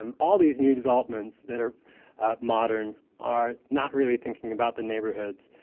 um all these new developments that are modern are not really thinking about the neighborhoods.